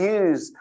use